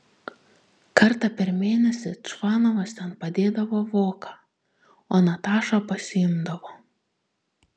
kartą per mėnesį čvanovas ten padėdavo voką o natašą pasiimdavo